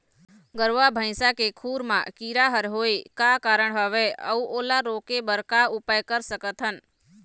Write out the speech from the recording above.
गरवा भैंसा के खुर मा कीरा हर होय का कारण हवए अऊ ओला रोके बर का उपाय कर सकथन?